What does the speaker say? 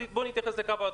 בוא נתייחס לקו האדום.